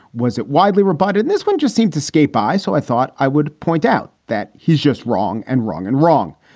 was it widely rebutted? this one just seemed to skate by. so i thought i would point out that he's just wrong and wrong and wrong.